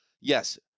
yes